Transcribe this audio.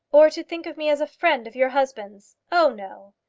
or to think of me as a friend of your husband's? oh, no.